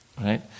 right